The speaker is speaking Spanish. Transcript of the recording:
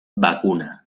vacuna